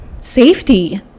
safety